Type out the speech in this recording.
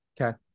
Okay